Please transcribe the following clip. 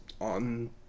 on